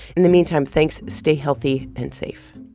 in the meantime, thanks. stay healthy and safe